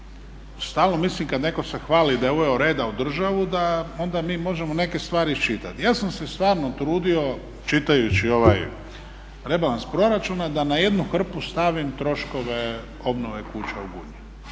stalno mislim kada se netko hvali da je uveo reda u državu da onda mi možemo neke stvari iščitati. Ja sam se stvarno trudio čitajući ovaj rebalans proračuna da na jednu hrpu stavim troškove obnove kuća u Gunji.